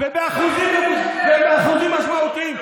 ובאחוזים משמעותיים.